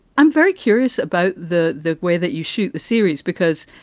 i'm very curious about the the way that you shoot the series, because,